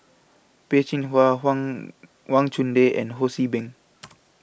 Peh Chin Hua Wang Wang Chunde and Ho See Beng